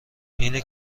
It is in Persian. اینه